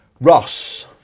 Ross